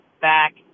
back